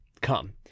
Come